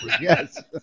Yes